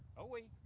away,